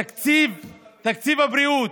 תקציב הבריאות,